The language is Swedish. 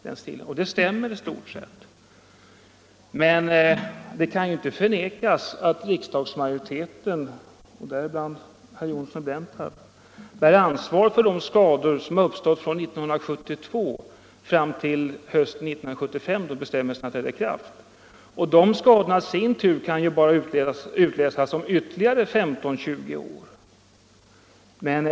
Det stämmer i stort sett, men det kan ju inte förnekas att riksdagsmajoriteten och däribland herr Johnsson i Blentarp bär ansvar för de skador som uppstått från 1972 fram till hösten 1975, då bestämmelserna trädde i kraft. De skadorna kan bara utläsas om ytterligare 15-20 år.